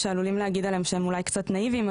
שעלולים להגיד עליהם שהם אולי קצת נאיביים,